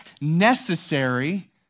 necessary